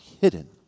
hidden